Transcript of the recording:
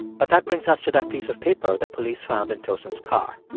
but that brings us to that piece of paper that police found in tosin's car.